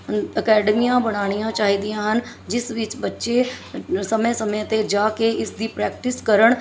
ਅਕੈਡਮੀਆਂ ਬਣਾਉਣੀਆਂ ਚਾਹੀਦੀਆਂ ਹਨ ਜਿਸ ਵਿੱਚ ਬੱਚੇ ਸਮੇਂ ਸਮੇਂ 'ਤੇ ਜਾ ਕੇ ਇਸ ਦੀ ਪ੍ਰੈਕਟਿਸ ਕਰਨ